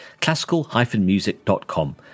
classical-music.com